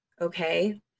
Okay